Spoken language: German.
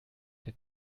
der